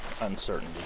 uncertainty